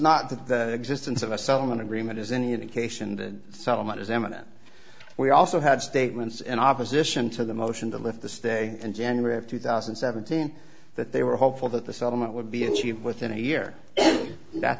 that the existence of a settlement agreement is any indication the settlement is eminent we also had statements in opposition to the motion to lift the stay in january of two thousand and seventeen that they were hopeful that the settlement would be achieved within a year that